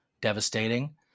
devastating